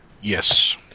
Yes